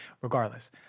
Regardless